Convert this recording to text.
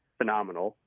phenomenal